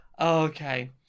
Okay